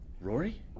Rory